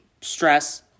stress